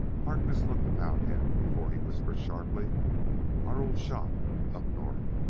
harkness looked about him before he whispered sharply our old shop up north!